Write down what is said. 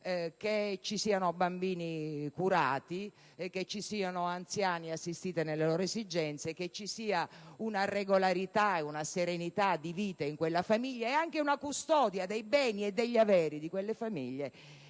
che ci siano bambini curati ed anziani assistiti nelle loro esigenze, che ci sia una regolarità e una serenità di vita in quelle famiglie e anche una custodia dei beni e degli averi, senza le